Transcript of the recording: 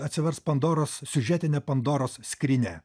atsivers pandoros siužetinė pandoros skrynia